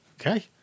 Okay